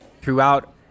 throughout